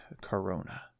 corona